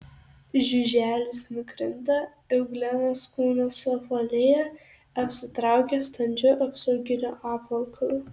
žiuželis nukrinta euglenos kūnas suapvalėja apsitraukia standžiu apsauginiu apvalkalu